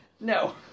no